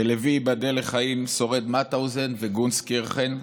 ולוי, ייבדל לחיים, שורד מאוטהאוזן וגונסקירכן.